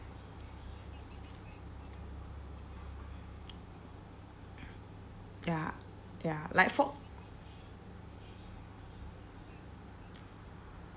ya ya like for